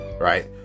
right